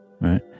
right